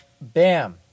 Bam